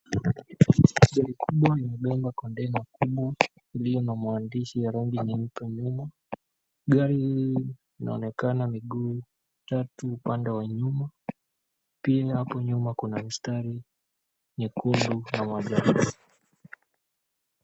Gari kubwa limebeba konteina kubwa iliyo na maandishi ya rangi nyeupe nyuma. Gari hili linaonekana miguu tatu upande wa nyuma pia hapo nyuma kuna mistari nyekundu na manjano.